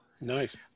Nice